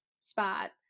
spot